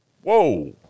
Whoa